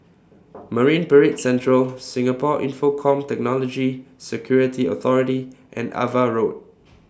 Marine Parade Central Singapore Infocomm Technology Security Authority and AVA Road